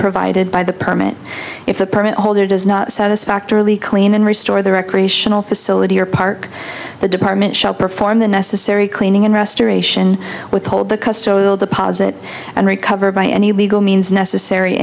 provided by the permit if the permit holder does not satisfactorily clean and restore the recreational facility or park the department shall perform the necessary cleaning and restoration with hold the customer will deposit and recover by any legal means necessary